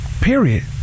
period